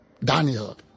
Daniel